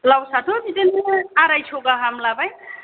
ब्लाउसआथ' बिदिनो आरायस गाहाम लाबाय